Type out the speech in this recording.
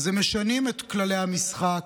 אז הם משנים את כללי המשחק